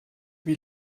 wie